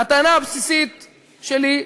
הטענה הבסיסית שלי,